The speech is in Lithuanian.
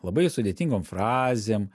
labai sudėtingom frazėm